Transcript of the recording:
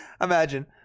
Imagine